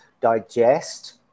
digest